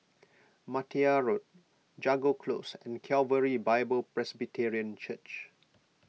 Martia Road Jago Close and Calvary Bible Presbyterian Church